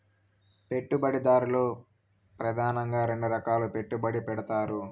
పెట్టుబడిదారులు ప్రెదానంగా రెండు రకాలుగా పెట్టుబడి పెడతారు